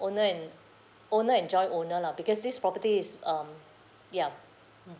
owner and owner and joint owner lah because this property is um ya